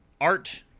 Art